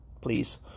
Please